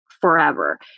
forever